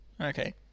Okay